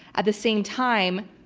at the same time,